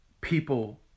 people